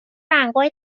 رنگای